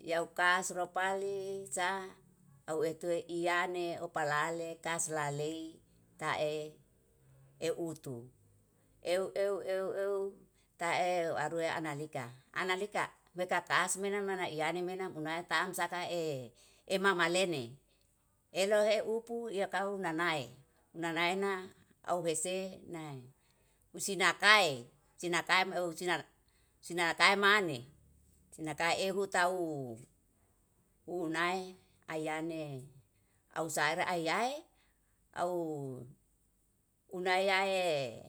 Yau kas rupali sa, auw etue iyane oplale kas lalei tae eutu. Euw euw euw euw tae warue analika, analika mekakas mena-mena iyane mena munai tamsa kae emama lene. Elohe upupu iyekau nanae, nanaena auhese na usinakae. Usinakai ou sina sinakae maneh, sinakai ehu tau unai ayane ausare ayane ausare ayai auw unaeyae